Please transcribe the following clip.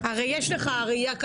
ברגע שמישהו כאן